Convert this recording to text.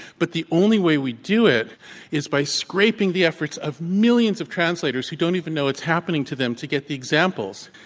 but the only way we do it is by scraping the efforts of millions of translators who don't even know what's happening to them to get the examples.